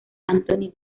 anthony